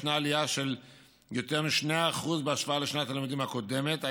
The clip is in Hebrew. ישנה עלייה של יותר מ-2% בהשוואה לשנת הלימודים הקודמת,